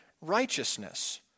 righteousness